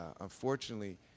Unfortunately